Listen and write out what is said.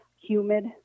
humid